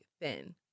thin